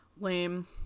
Lame